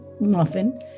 muffin